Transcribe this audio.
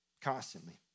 Constantly